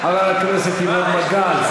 חבר הכנסת ינון מגל.